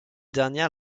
dernière